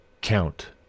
count